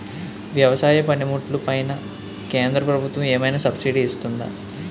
వ్యవసాయ పనిముట్లు పైన కేంద్రప్రభుత్వం ఏమైనా సబ్సిడీ ఇస్తుందా?